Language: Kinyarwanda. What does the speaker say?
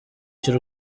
cy’u